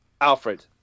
Alfred